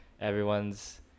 everyone's